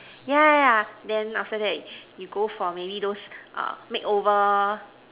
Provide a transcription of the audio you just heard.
yeah yeah yeah then after that you go for maybe those uh makeover